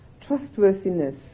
trustworthiness